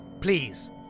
Please